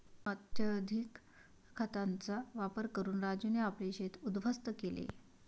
अत्यधिक खतांचा वापर करून राजूने आपले शेत उध्वस्त केले